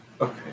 Okay